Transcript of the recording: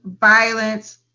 violence